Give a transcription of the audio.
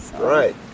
right